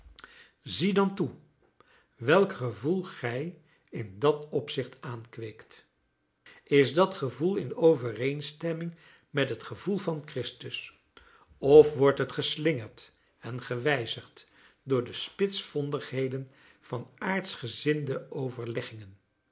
zie dan toe welk gevoel gij in dat opzicht aankweekt is dat gevoel in overeenstemming met het gevoel van christus of wordt het geslingerd en gewijzigd door de spitsvondigheden van aardschgezinde overleggingen